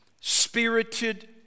spirited